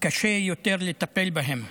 קשה יותר לטפל בהן,